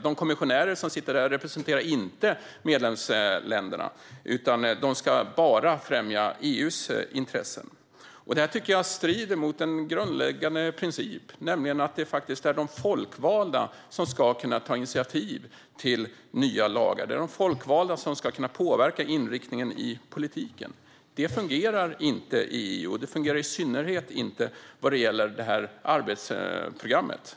De kommissionärer som sitter där representerar inte medlemsländerna utan ska bara främja EU:s intressen. Det här tycker jag strider mot en grundläggande princip, nämligen den att det är de folkvalda som ska kunna ta initiativ till nya lagar. Det är de folkvalda som ska kunna påverka inriktningen i politiken. Det fungerar inte i EU, och det fungerar i synnerhet inte vad gäller det här arbetsprogrammet.